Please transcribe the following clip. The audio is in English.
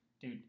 Dude